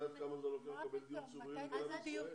את יודעת כמה זמן לוקח לקבל דיור ציבורי במדינת ישראל?